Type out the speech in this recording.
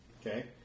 Okay